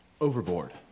Overboard